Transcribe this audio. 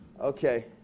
Okay